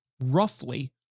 roughly